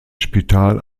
spital